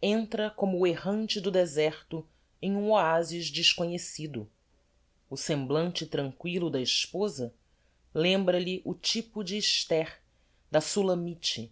entra como o errante do deserto em um oásis desconhecido o semblante tranquillo da esposa lembra lhe o typo de esther da sulamite